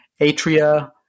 atria